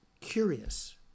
curious